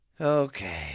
Okay